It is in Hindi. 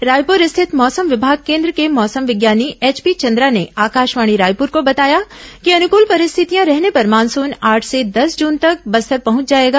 रायपुर स्थित मौसम विभाग केन्द्र के मौसम विज्ञानी एचपी चंद्रा ने आकाशवाणी समाचार को बताया कि अनुकूल परिस्थितियां रहने पर मानसून आठ से दस जून तक बस्तर पहुंच जाएगा